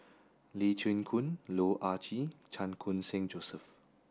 Lee Chin Koon Loh Ah Chee Chan Khun Sing Joseph